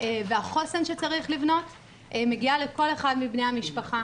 והחוסן שצריך לבנות מגיעה לכל אחד מבני המשפחה.